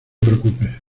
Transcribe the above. preocupes